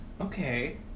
okay